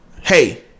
hey